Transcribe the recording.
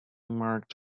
marked